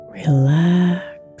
relax